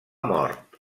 mort